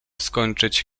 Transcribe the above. skończyć